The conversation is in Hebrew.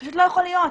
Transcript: פשוט לא יכול להיות,